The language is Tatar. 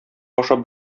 ашап